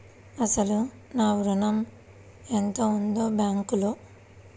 అసలు నా ఋణం ఎంతవుంది బ్యాంక్లో?